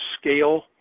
scale